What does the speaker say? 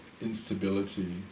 instability